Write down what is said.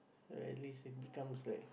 at least it becomes like